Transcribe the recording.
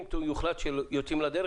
אם יוחלט שיוצאים לדרך,